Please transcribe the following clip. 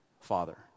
Father